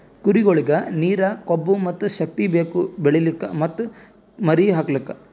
ಕುರಿಗೊಳಿಗ್ ನೀರ, ಕೊಬ್ಬ ಮತ್ತ್ ಶಕ್ತಿ ಬೇಕು ಬೆಳಿಲುಕ್ ಮತ್ತ್ ಮರಿ ಹಾಕಲುಕ್